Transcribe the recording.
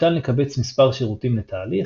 ניתן לקבץ מספר שירותים לתהליך,